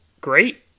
great